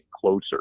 closer